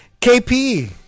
KP